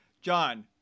John